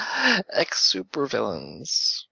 ex-supervillains